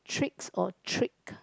tricks or trick